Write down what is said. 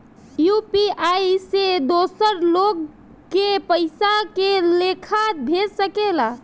UPI से दोसर लोग के पइसा के लेखा भेज सकेला?